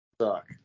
Suck